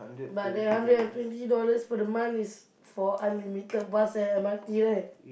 but that hundred and twenty dollars for the month is for unlimited bus and M_R_T right